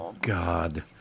God